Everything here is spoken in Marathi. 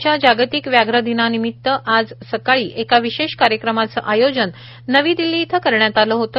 उद्याच्या जागतिक व्याघ्र दिनानिमित्त आज सकाळी एका विशेष कार्यक्रमाचं आयोजन नवी दिल्ली इथं करण्यात आलं होतं